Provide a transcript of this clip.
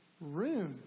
room